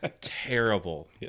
terrible